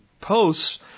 posts